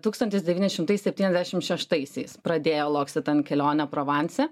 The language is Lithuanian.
tūkstantis devyni šimtai septyniasdešimt šeštaisiais pradėjo loksitam kelionę provanse